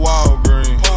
Walgreens